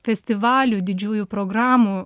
festivalių didžiųjų programų